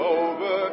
over